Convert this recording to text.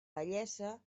vellesa